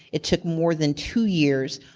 it took more than two years.